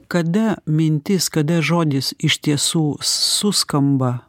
kada mintis kada žodis iš tiesų suskamba